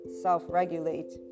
self-regulate